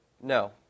no